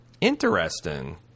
Interesting